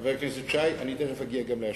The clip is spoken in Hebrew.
חבר הכנסת שי, אני תיכף אגיע גם לאשקלון.